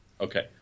Okay